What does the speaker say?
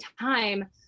time